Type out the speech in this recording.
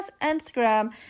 Instagram